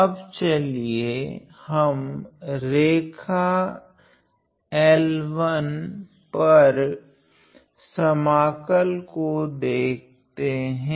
अब चलिये हम रेखा L1 पर समाकल को देखते हैं